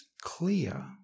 clear